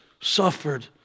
suffered